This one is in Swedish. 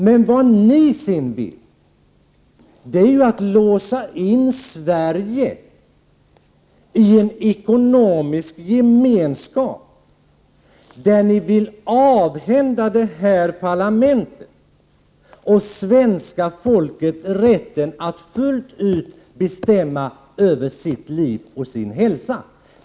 Men ni vill låsa in Sverige i en ekonomisk gemenskap, där parlamentet och det svenska folket skall avhända sig rätten att fullt ut bestämma över sitt liv och sin hälsa.